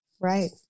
Right